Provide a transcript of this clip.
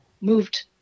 moved